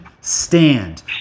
stand